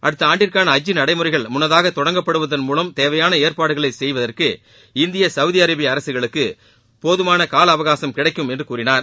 அடுத்த ஆண்டிற்கான ஹஜ் நடைமுறைகள் முள்ளதாக தொடங்கப்படுவதள் மூலம் தேவையான ஏற்பாடுகளை செய்வதற்கு இந்திய சவுதி அரேபிய அரசுகளுக்கு போதமான காலஅவசாகம் கிடைக்கும் என்று கூறினார்